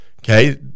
Okay